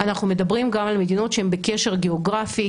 אנחנו מדברים גם על מדינות שהן בקשר גיאוגרפי,